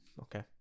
Okay